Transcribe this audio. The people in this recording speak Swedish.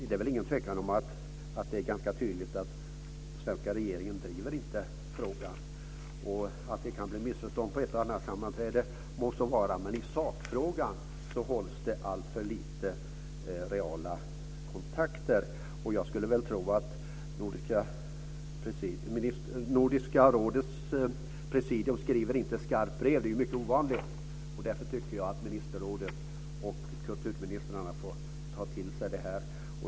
Det är väl ingen tvekan om att det är ganska tydligt att den svenska regeringen inte driver frågan. Att det kan bli missförstånd på ett och annat sammanträde må så vara. Men i sakfrågan hålls det alltför lite reala kontakter. Jag skulle väl tro att Nordiska rådets presidium inte skriver ett skarpt brev. Det är mycket ovanligt. Därför tycker jag att ministerrådet och kulturministrarna får ta till sig det här.